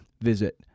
Visit